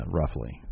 roughly